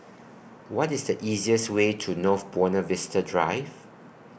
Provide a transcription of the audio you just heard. What IS The easiest Way to North Buona Vista Drive